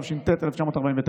התש"ט 1949,